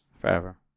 forever